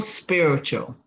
spiritual